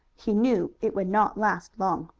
he knew it would not last long.